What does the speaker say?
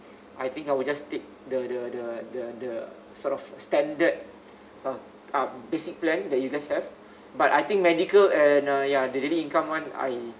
I think I will just take the the the the the sort of standard uh um basic plan that you guys have but I think medical and uh ya daily income [one] I